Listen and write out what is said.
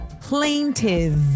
plaintiff